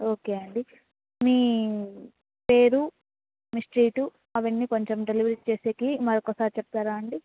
okay అండి మీ పేరు మీ స్ట్రీటు అవన్నీ కొంచెం డెలివరీ చేసేవారికి మరోకసారి చెప్తారా అండి